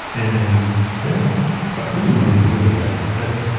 and then a pretty momentous event happened.